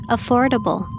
Affordable